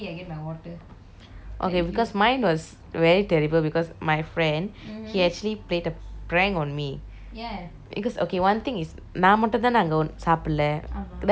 okay because mine was very terrible because my friend he actually played a prank on me ya because okay one thing is naan mattumthaane ange sappidilaai that was my first time eating caverns